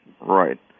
right